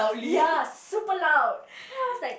ya super loud then I was like